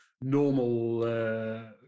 normal